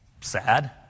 sad